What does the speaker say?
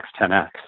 10x